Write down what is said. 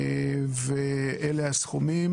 ואלה הסכומים